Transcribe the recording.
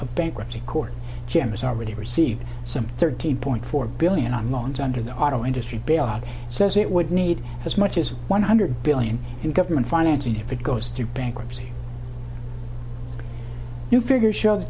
of bankruptcy court g m has already received some thirteen point four billion on loans under the auto industry bailout says it would need as much as one hundred billion in government financing if it goes through bankruptcy new figures show th